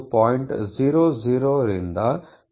00 ರಿಂದ 0